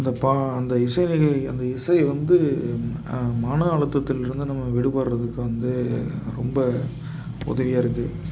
அந்த பா அந்த இசைகள் அந்த இசை வந்து மனஅழுத்தத்தில் இருந்து நம்ம விடுபடுறதுக்கு வந்து ரொம்ப உதவியாக இருக்குது